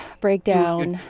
breakdown